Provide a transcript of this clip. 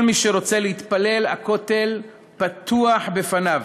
כל מי שרוצה להתפלל, הכותל פתוח בפניו,